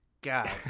God